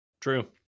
true